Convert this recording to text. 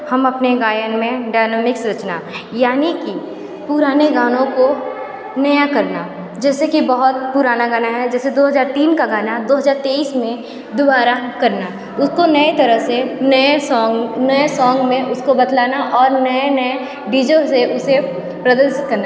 हम अपने गायन में डाइनामिक्स रचना यानि कि पुराने गानों को नया करना जैसे कि बहुत पुराना गाना है जैसे दो हज़ार तीन का गाना दो हज़ार तेईस में दुबारा करना उसको नए तरह से नए सॉन्ग नए सॉन्ग में उसको बतलाना और नए नए डीज़ो से उसे प्रदर्शित करना